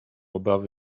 obawy